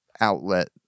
outlet